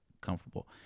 comfortable